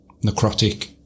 Necrotic